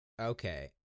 Okay